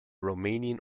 romanian